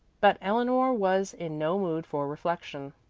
but eleanor was in no mood for reflection.